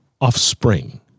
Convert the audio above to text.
offspring